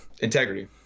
Integrity